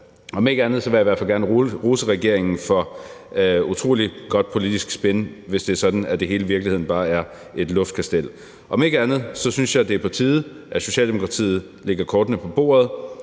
Om ikke andet vil jeg i hvert fald gerne rose regeringen for utrolig godt politisk spin, hvis det er sådan, at det hele i virkeligheden bare er et luftkastel. Og om ikke andet synes jeg, det er på tide, at Socialdemokratiet lægger kortene på bordet.